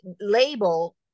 label